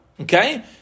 Okay